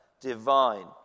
divine